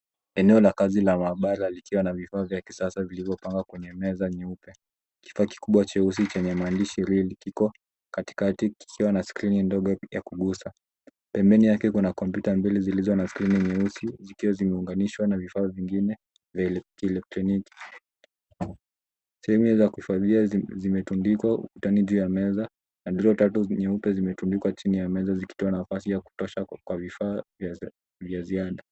Eneo la kazi la maabara likiwa na vifaa vya kisasa vilivyopangwa kwenye meza nyeupe. Kifaa kikubwa cheusi chenye maandishi Ready kiko katikati kikiwa na skrini ndogo ya kugusa. Pembeni yake kuna kompyuta mbili zilizo na skrini nyeusi zikiwa zimeunganishwa na vifaa vingine vya ki-elektroniki. Cheni za kuhifadhia zimetundikwa ukutani juu ya meza na droo tatu nyeupe zimetundikwa chini ya meza zikitoa nafasi ya kutosha kwa vifaa vya ziada.